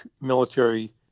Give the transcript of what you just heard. military